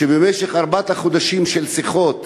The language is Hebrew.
שבמשך ארבעת החודשים של השיחות